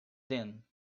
din